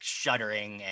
shuddering